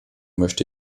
möchte